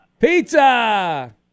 Pizza